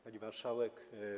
Pani Marszałek!